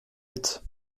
huit